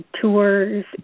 tours